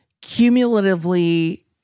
cumulatively